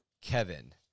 Kevin